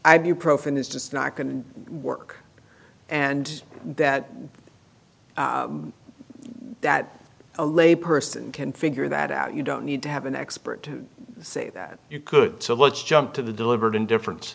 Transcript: ibuprofen is just not going to work and that that a lay person can figure that out you don't need to have an expert to say that you could so let's jump to the delivered in different